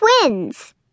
twins